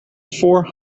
four